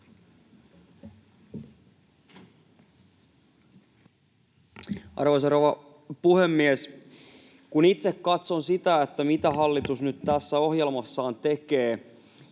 Arvoisa rouva puhemies! Kun itse katson sitä, mitä hallitus nyt tässä ohjelmassaan tekee,